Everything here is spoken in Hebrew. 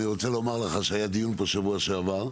היה פה דיון בשבוע שעבר.